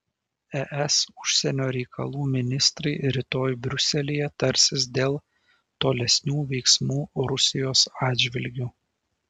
es užsienio reikalų ministrai rytoj briuselyje tarsis dėl tolesnių veiksmų rusijos atžvilgiu